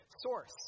source